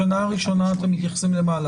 השנה הראשונה אתם מתייחסים למה?